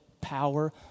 power